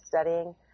studying